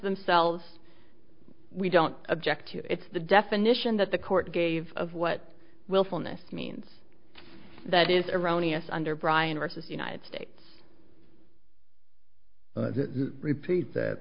themselves we don't object to it's the definition that the court gave of what willfulness means that is erroneous under brian versus united states repeat th